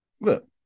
Look